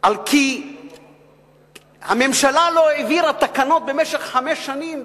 על כי הממשלה לא העבירה תקנות במשך חמש שנים,